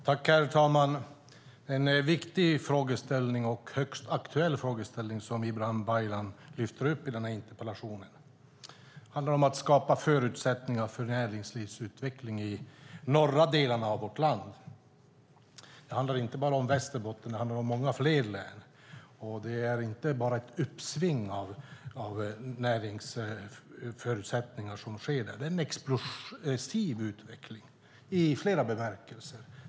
Herr talman! Det är en viktig och högst aktuell frågeställning som Ibrahim Baylan lyfter upp i denna interpellation. Det handlar om att skapa förutsättningar för näringslivsutveckling i de norra delarna av vårt land. Det handlar inte bara om Västerbotten, utan det handlar om många fler län. Det pågår inte bara ett uppsving av näringsförutsättningar där, utan det är en explosiv utveckling i flera bemärkelser.